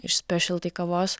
iš spešelty kavos